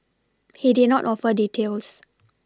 he did not offer details